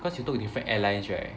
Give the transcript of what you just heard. cause you took different airlines right